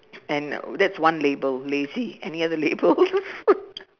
and that's one label lazy any other labels